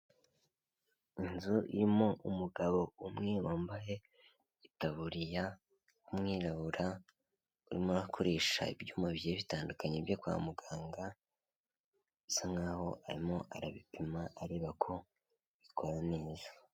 Inzu irimo umugabo umwe wambaye itaburiya w'umwirabura urimo arakoresha ibyuma bigiye bitandukanye byo kwa muganga, bisa nkaho arimo arabipima areba ko bikora neza.